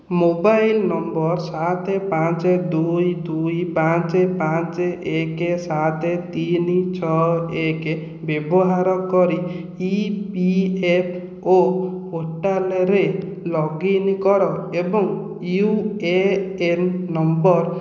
mobile number ସାତ ପାଞ୍ଚ ଦୁଇ ଦୁଇ ପାଞ୍ଚ ପାଞ୍ଚ ଏକ ସାତ ତିନି ଛଅ ଏକ ବ୍ୟବହାର କରି ଇ ପି ଏଫ୍ ଓ ପୋର୍ଟାଲ୍ରେ ଲଗ୍ଇନ୍ କର ଏବଂ ୟୁ ଏ ଏନ୍ ନମ୍ବର